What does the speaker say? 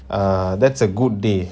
uh that's a good day